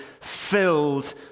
filled